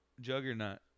Juggernaut